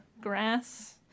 grass